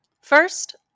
First